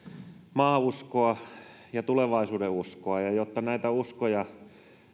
maauskoa ja tulevaisuudenuskoa ja jotta näitä uskoja